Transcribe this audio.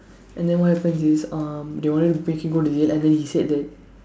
and then what happen is um they wanted to make him go to jail and then he said that